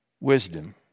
Wisdom